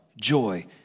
joy